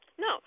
No